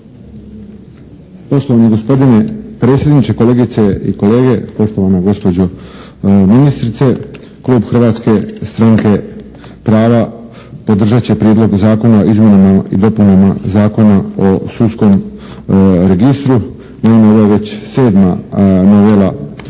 Poštovani gospodine predsjedniče, kolegice i kolege, poštovana gospođo ministrice. Klub Hrvatske stranke prava podržat će Prijedlog zakona o izmjenama i dopunama Zakona o sudskom registru. Naime, ovo je već sedma novela